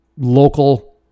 local